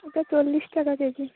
এটা চল্লিশ টাকা কেজি